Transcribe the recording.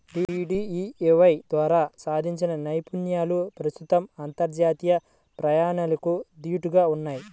DDUAY ద్వారా సాధించిన నైపుణ్యాలు ప్రస్తుతం అంతర్జాతీయ ప్రమాణాలకు దీటుగా ఉన్నయ్